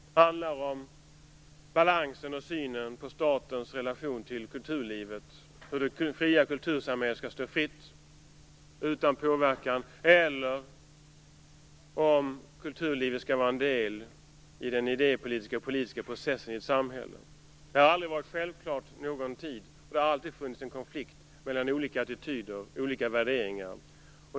Det handlar om balansen, synen på statens relation till kulturlivet och om det fria kultursamhället skall stå fritt utan påverkan eller om kulturlivet skall vara en del i den idépolitiska och politiska processen i ett samhälle. Det har aldrig någon tid varit självklart. Det har alltid funnits en konflikt mellan olika attityder och olika värderingar.